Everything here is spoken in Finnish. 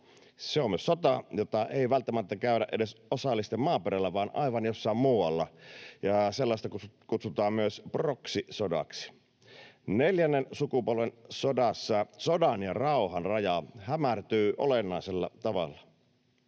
Se on myös sota, jota ei välttämättä käydä edes osallisten maaperällä vaan aivan jossain muualla. Sellaista kutsutaan myös proxy-sodaksi. Neljännen sukupolven sodassa sodan ja rauhan raja hämärtyy olennaisella tavalla.